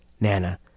Nana